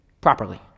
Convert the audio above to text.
properly